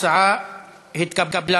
ההצעה התקבלה